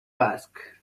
ask